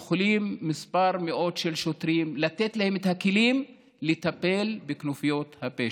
כמה מאות של שוטרים יכולים לתת להם את הכלים לטפל בכנופיות הפשע.